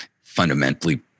fundamentally